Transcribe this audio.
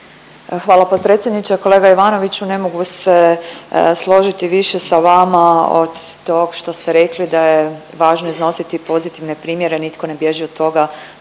Hvala potpredsjedniče. Kolega Ivanoviću ne mogu se složiti više sa vama od tog što ste rekli da je važno iznositi pozitivne primjere. Nitko ne bježi od toga